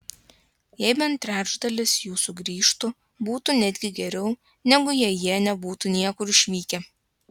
jei bent trečdalis jų sugrįžtų būtų netgi geriau negu jei jie nebūtų niekur išvykę